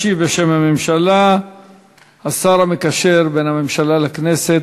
ישיב בשם הממשלה השר המקשר בין הממשלה לכנסת,